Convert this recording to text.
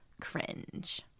cringe